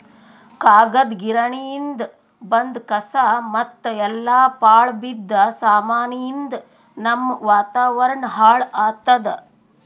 ಕಾಗದ್ ಗಿರಣಿಯಿಂದ್ ಬಂದ್ ಕಸಾ ಮತ್ತ್ ಎಲ್ಲಾ ಪಾಳ್ ಬಿದ್ದ ಸಾಮಾನಿಯಿಂದ್ ನಮ್ಮ್ ವಾತಾವರಣ್ ಹಾಳ್ ಆತ್ತದ